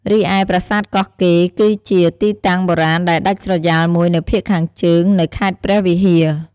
រីឯ ប្រាសាទកោះកេរ គឺជាទីតាំងបុរាណដែលដាច់ស្រយាលមួយនៅភាគខាងជើង នៅខេត្តព្រះវិហារ។